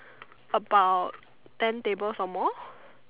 about ten tables or more